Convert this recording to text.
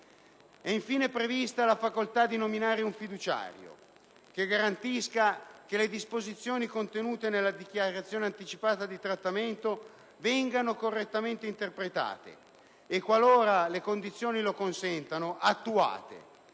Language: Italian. È infine prevista la facoltà di nominare un fiduciario che garantisca che le disposizioni contenute nella dichiarazione anticipata di trattamento vengano correttamente interpretate e, qualora le condizioni lo consentano, attuate.